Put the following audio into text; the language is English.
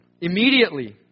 Immediately